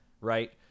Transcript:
right